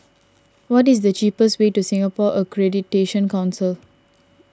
what is the cheapest way to Singapore Accreditation Council